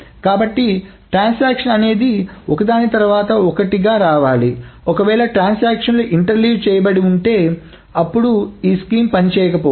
కాబట్టి ట్రాన్సాక్షన్ అనేది ఒకదాని తర్వాత ఒకటి రావాలి ఒకవేళ ట్రాన్సాక్షన్లు ఇంటర్లీవ్ చేయబడి ఉంటే అప్పుడు ఈ పథకం పనిచేయకపోవచ్చు